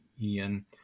Ian